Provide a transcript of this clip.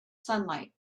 sunlight